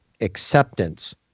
acceptance